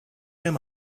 him